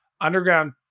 Underground